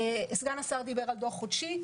סגן השר דיבר על דוח חודשי.